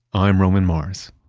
i'm roman mars